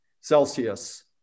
Celsius